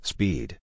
Speed